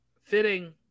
fitting